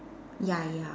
ya ya